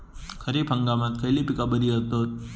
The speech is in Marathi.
खरीप हंगामात खयली पीका बरी होतत?